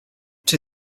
czy